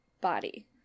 body